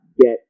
get